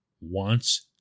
wants